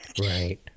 Right